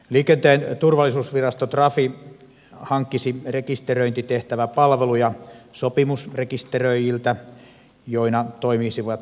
liikenteen turvallisuusvirasto trafi hankkisi rekisteröintitehtäväpalveluja sopimusrekisteröijiltä joina toimisivat eri palveluntuottajat